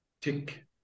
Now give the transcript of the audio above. tick